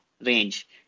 range